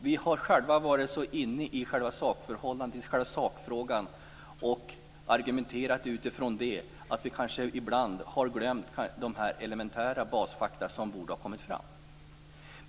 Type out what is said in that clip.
Vi kanske själva har varit så inne i sakförhållandet, i själva sakfrågan, och argumenterat utifrån det, att vi kanske har glömt de elementära basfakta som borde ha kommit fram.